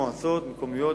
מועצות מקומיות,